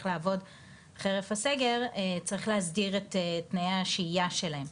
לעבוד חרף הסגר צריך להסדיר את תנאי השהייה שלהם,